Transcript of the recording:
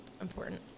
important